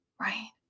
right